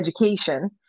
education